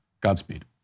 Godspeed